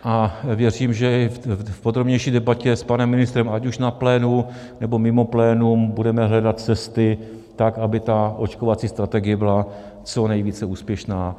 A věřím, že v podrobnější debatě s panem ministrem, ať už na plénu, nebo mimo plénum, budeme hledat cesty, aby očkovací strategie byla co nejvíce úspěšná.